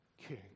King